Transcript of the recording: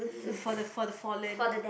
for the for the fallen